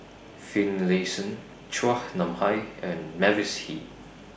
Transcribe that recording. Finlayson Chua Nam Hai and Mavis Hee